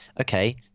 Okay